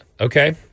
Okay